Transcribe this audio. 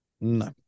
No